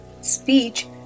Speech